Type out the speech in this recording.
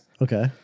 Okay